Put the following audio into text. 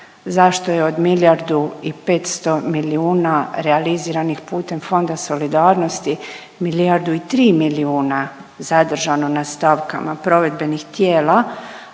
zašto je od miljardu i 500 milijuna realiziranih putem Fonda solidarnosti, milijardu i tri milijuna zadržano na stavkama provedbenih tijela,